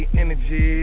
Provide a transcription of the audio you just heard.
energy